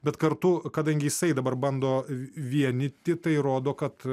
bet kartu kadangi jisai dabar bando vienyti tai rodo kad